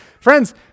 Friends